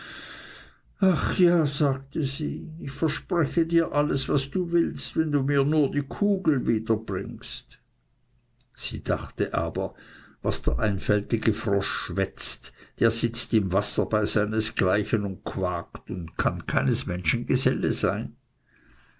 ach ja sagte sie ich verspreche dir alles was du willst wenn du mir nur die kugel wiederbringst sie dachte aber was der einfältige frosch schwätzt der sitzt im wasser bei seinesgleichen und quakt und kann keines menschen geselle sein